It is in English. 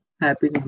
Happy